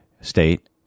State